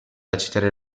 accettare